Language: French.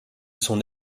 son